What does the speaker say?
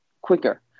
quicker